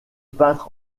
peintre